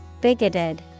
Bigoted